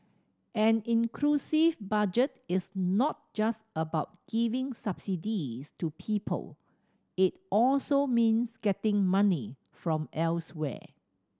an inclusive Budget is not just about giving subsidies to people it also means getting money from elsewhere